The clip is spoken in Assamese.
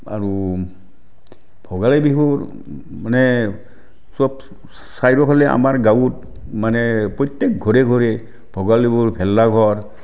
আৰু ভোগালী বিহুৰ মানে চব ছাইডৰ ফালে আমাৰ গাঁৱত মানে প্ৰত্যেক ঘৰে ঘৰে ভোগালী বিহুৰ ভেলাঘৰ